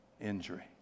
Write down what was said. injury